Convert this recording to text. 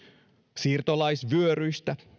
siirtolaisvyöryistä